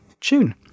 tune